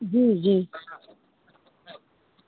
जी जी